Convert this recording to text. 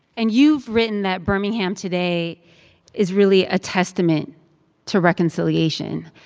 and you've written that birmingham today is really a testament to reconciliation.